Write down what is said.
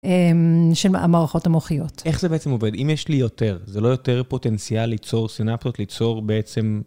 של המערכות המוחיות. איך זה בעצם עובד? אם יש לי יותר, זה לא יותר פוטנציאל ליצור סינפטות, ליצור בעצם...